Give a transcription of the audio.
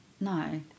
No